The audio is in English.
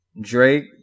Drake